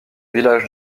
villages